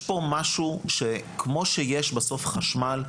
יש פה משהו שכמו שיש בסוף חשמל,